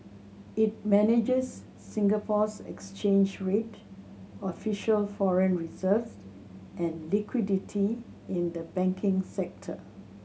it manages Singapore's exchange rate official foreign reserves and liquidity in the banking sector